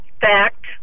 fact